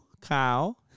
cow